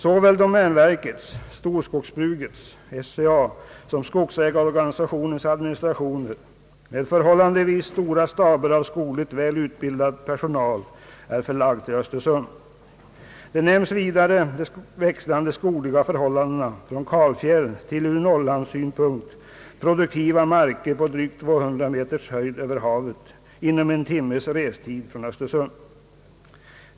Såväl domänverkets som storskogsbrukets och skogsägarorganisationens <:administrationer med förhållandevis stora staber av skogligt välutbildad personal är förlagda till Östersund. Vidare nämns de växlande skogliga förhållandena från kalfjäll till ur norrlandssynpunkt produktiva marker på drygt 200 meters höjd över havet inom en timmes restid från Östersund.